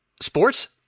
Sports